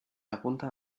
apunta